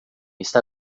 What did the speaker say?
está